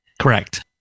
Correct